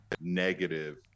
negative